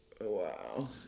Wow